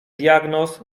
diagnoz